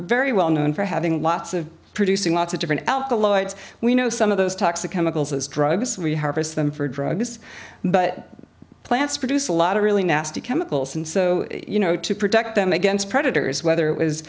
very well known for having lots of producing lots of different out the lights we know some of those toxic chemicals as drugs we harvest them for drugs but plants produce a lot of really nasty chemicals and so you know to protect them against predators